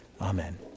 amen